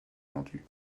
rendu